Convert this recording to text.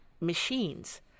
machines